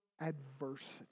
adversity